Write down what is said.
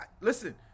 Listen